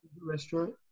Restaurant